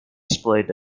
displayed